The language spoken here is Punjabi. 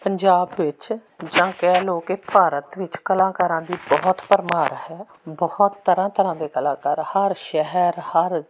ਪੰਜਾਬ ਵਿੱਚ ਜਾਂ ਕਹਿ ਲਉ ਕਿ ਭਾਰਤ ਵਿੱਚ ਕਲਾਕਾਰਾਂ ਦੀ ਬਹੁਤ ਭਰਮਾਰ ਹੈ ਬਹੁਤ ਤਰ੍ਹਾਂ ਤਰ੍ਹਾਂ ਦੇ ਕਲਾਕਾਰ ਹਰ ਸ਼ਹਿਰ ਹਰ